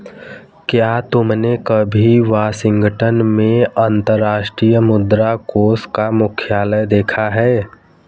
क्या तुमने कभी वाशिंगटन में अंतर्राष्ट्रीय मुद्रा कोष का मुख्यालय देखा है?